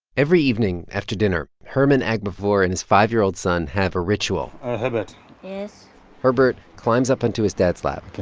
every evening after dinner, herman agbavor and his five year old son have a ritual ah herbert yes herbert climbs up into his dad's lap